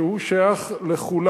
ששייך לכולם.